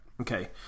Okay